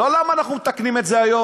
לא למה אנחנו מתקנים את זה היום.